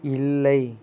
இல்லை